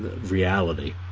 reality